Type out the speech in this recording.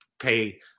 pay